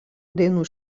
dainų